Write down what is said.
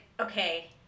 okay